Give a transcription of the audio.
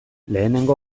lehenengo